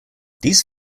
these